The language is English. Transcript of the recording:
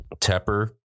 Tepper